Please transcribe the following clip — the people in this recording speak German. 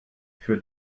für